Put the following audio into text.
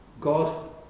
God